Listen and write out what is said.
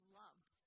loved